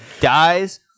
Dies